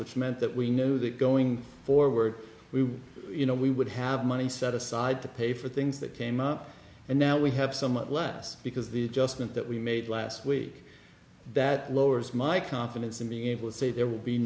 which meant that we knew that going forward we would you know we would have money set aside to pay for things that came up and now we have somewhat less because the just meant that we made last week that lowers my confidence in being able to say there will be